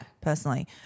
personally